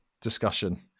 discussion